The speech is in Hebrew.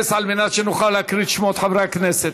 על מנת שנוכל להקריא את שמות חברי הכנסת.